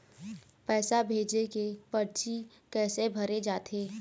पैसा भेजे के परची कैसे भरे जाथे?